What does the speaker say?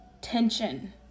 tension